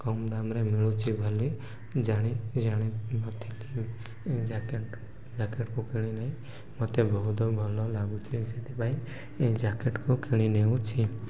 କମ୍ ଦାମରେ ମିଳୁଛିି ବୋଲି ଜାଣି ଜାଣି ନଥିଲି ଜ୍ୟାକେଟ୍ ଜ୍ୟାକେଟ୍କୁ କିଣିନାହିଁ ମୋତେ ବହୁତ ଭଲ ଲାଗୁଛି ସେଥିପାଇଁ ଏ ଜ୍ୟାକେଟ୍କୁ କିଣି ନେଉଛି